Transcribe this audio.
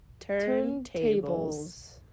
turntables